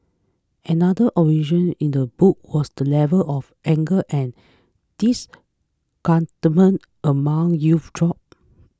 another observation in the book was that the level of anger and disgruntlement among youth dropped